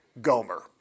Gomer